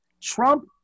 Trump